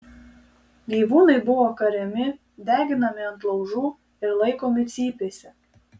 gyvūnai buvo kariami deginami ant laužų ir laikomi cypėse